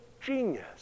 genius